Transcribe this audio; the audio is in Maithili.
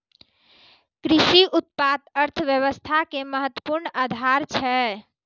कृषि उत्पाद अर्थव्यवस्था के महत्वपूर्ण आधार छै